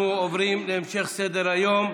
אנחנו עוברים להמשך סדר-היום,